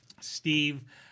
Steve